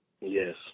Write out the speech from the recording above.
Yes